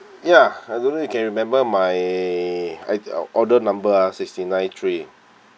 ya I don't know you can remember my uh order number ah sixty nine three